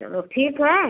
चलो ठीक है